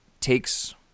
takes